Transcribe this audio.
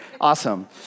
Awesome